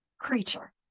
creature